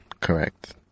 Correct